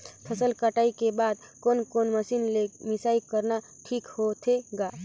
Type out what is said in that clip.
फसल कटाई के बाद कोने कोने मशीन ले मिसाई करना ठीक होथे ग?